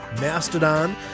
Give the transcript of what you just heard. Mastodon